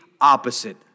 opposite